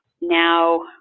now